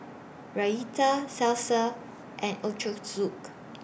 Raita Salsa and Ochazuke